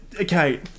Okay